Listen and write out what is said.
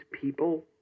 people